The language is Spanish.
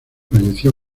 falleció